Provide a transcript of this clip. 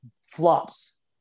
flops